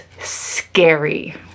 scary